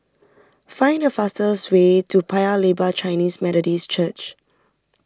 find the fastest way to Paya Lebar Chinese Methodist Church